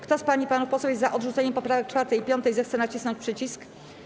Kto z pań i panów posłów jest za odrzuceniem poprawek 4. i 5., zechce nacisnąć przycisk.